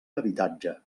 habitatge